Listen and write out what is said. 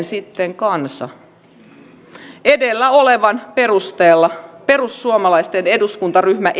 sitten kansa edellä olevan perusteella teen seuraavan epäluottamusehdotuksen perussuomalaisten eduskuntaryhmä